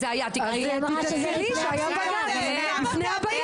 אז זה היה תקראי -- לימור, לא